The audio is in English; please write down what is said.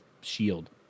shield